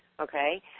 okay